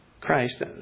Christ